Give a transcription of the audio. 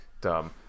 dumb